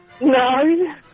No